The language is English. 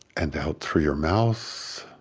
and out through your mouth,